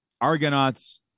Argonauts